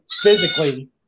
physically